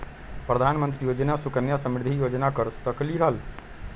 प्रधानमंत्री योजना सुकन्या समृद्धि योजना कर सकलीहल?